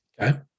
Okay